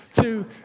two